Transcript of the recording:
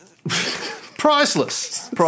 Priceless